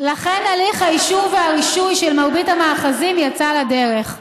הרישוי והאישור של מרבית המאחזים יצא לדרך.